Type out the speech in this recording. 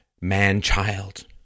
man-child